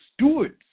stewards